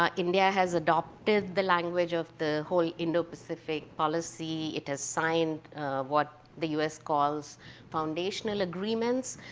um india has adopted the language of the whole indo-pacific policy, it has signed what the us calls foundational agreements.